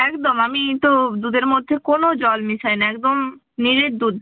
একদম আমি তো দুধের মধ্যে কোনো জল মিশাই না একদম নিরেট দুধ